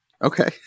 okay